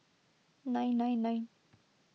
nine nine nine